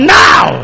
now